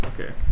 Okay